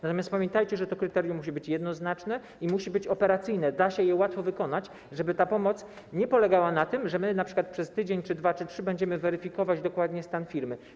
Natomiast pamiętajcie, że kryterium musi być jednoznaczne i musi być operacyjne, musi dać się je łatwo wdrożyć, wykonać, żeby ta pomoc nie polegała na tym, że my np. przez tydzień, 2 czy 3 tygodnie będziemy weryfikować dokładnie stan firmy.